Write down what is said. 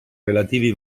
relativi